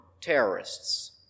terrorists